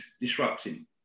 disrupting